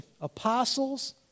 apostles